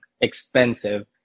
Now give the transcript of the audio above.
expensive